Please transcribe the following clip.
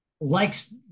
likes